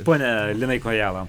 pone linai kojala